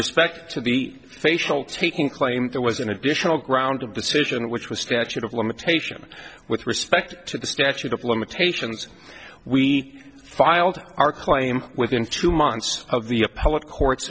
respect to the facial taking claim there was an additional ground of decision which was statute of limitation with respect to the statute of limitations we filed our claim within two months of the appellate court